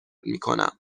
میکنم